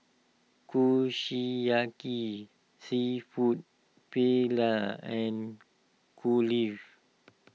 Kushiyaki Seafood Paella and